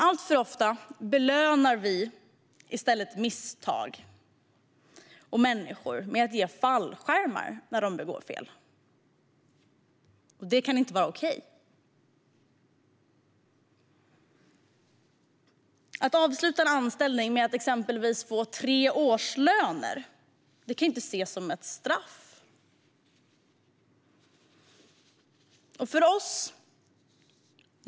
Alltför ofta belönar vi människor som gör misstag genom att ge dem fallskärmar när de begår fel. Det kan inte vara okej. Att avsluta en anställning med att exempelvis få tre årslöner kan inte ses som ett straff.